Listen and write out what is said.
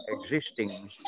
existing